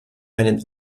meinen